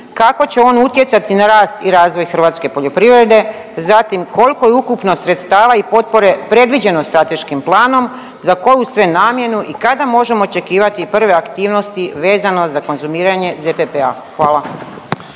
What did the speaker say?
kako će on utjecati na rast i razvoj hrvatske poljoprivrede, zatim kolko je ukupno sredstava i potpore predviđeno strateškim planom, za koju sve namjenu i kada možemo očekivati prve aktivnosti vezano za konzumiranje ZPP-a? Hvala.